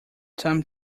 time